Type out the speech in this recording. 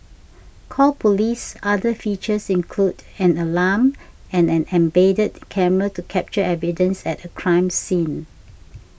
call Police's other features include an alarm and an embedded camera to capture evidence at a crime scene